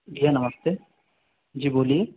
जी हाँ नमस्ते जी बोलिए